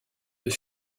deux